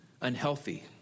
unhealthy